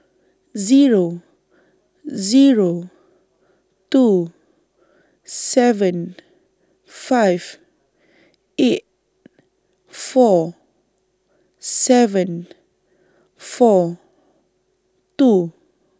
Zero Zero two seven five eight four seven four two